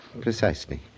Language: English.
Precisely